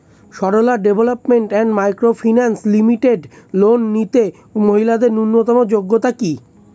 Sarala development and micro finance limited loan নিতে মহিলাদের ন্যূনতম যোগ্যতা কী?